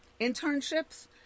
Internships